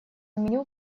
меню